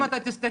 אם אתה תסתכל,